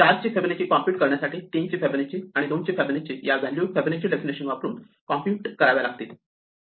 4 ची Fibonacci compute करण्यासाठी 3 ची फिबोनाची आणि 2 ची फिबोनाची या व्हॅल्यू फिबोनाची डेफिनेशन वापरून कॉम्प्युट कराव्या लागतील